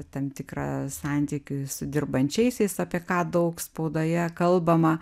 tam tikrą santykį su dirbančiaisiais apie ką daug spaudoje kalbama